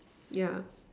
yeah